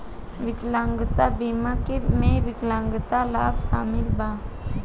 विकलांगता बीमा में विकलांगता लाभ शामिल बा